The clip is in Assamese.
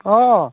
অ